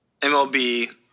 MLB